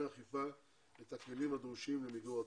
האכיפה את הכלים הדרושים למיגור התופעה.